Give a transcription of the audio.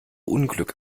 unglück